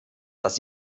dass